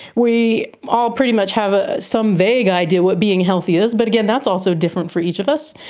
we all pretty much have ah some vague idea what being healthy is, but again, that's also different for each of us.